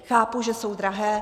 Chápu, že jsou drahé.